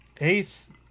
Ace